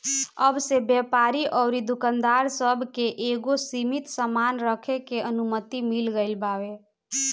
अब से व्यापारी अउरी दुकानदार सब के एगो सीमित सामान रखे के अनुमति मिल गईल बावे